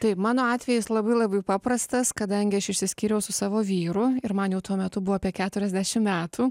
tai mano atvejis labai labai paprastas kadangi aš išsiskyriau su savo vyru ir man jau tuo metu buvo apie keturiasdešim metų